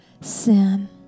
sin